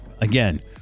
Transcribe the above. Again